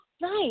Nice